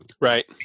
Right